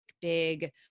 big